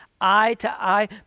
eye-to-eye